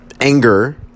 anger